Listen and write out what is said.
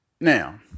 Now